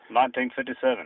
1957